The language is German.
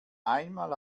einmal